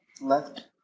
left